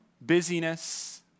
Busyness